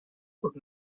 could